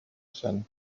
son